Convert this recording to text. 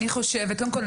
קודם כל,